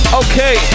okay